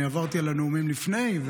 אני גם עברתי על הנאומים לפני.